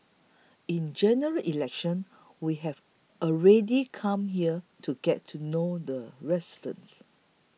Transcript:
in General Election we have already come here to get to know the residents